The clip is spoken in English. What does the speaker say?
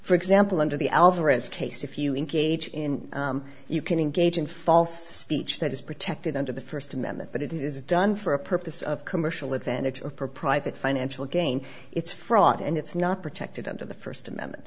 for example under the alvarez case if you engage in you can engage in false beach that is protected under the first amendment but it is done for a purpose of commercial advantage of for private financial gain it's fraud and it's not protected under the first amendment